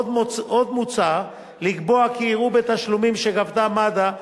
עוד מוצע לקבוע כי יראו בתשלומים שגבתה מד"א בעבר,